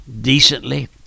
decently